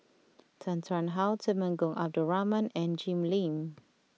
Tan Tarn How Temenggong Abdul Rahman and Jim Lim